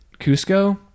Cusco